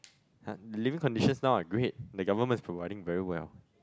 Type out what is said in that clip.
!huh! living conditions now are great the government is providing very well